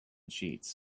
sheets